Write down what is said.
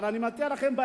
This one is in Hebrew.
אבל אני מציע לכם,